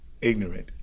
ignorant